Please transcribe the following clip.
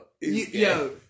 yo